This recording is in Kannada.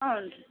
ಹ್ಞೂ ರೀ